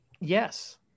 Yes